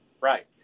Right